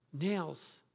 nails